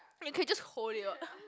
I mean you can just hold it what